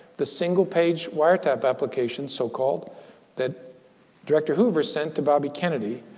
the single page wiretap applications so-called that director hoover sent to bobby kennedy,